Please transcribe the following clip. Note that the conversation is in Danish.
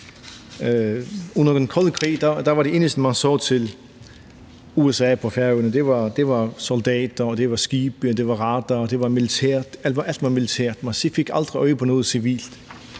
Under den kolde krig var det eneste, man så til USA på Færøerne, soldater, skibe og radarer; alt var militært. Man fik aldrig øje på noget civilt.